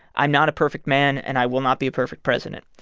i'm not a perfect man, and i will not be a perfect president.